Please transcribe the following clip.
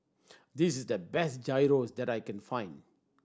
this is the best Gyros that I can find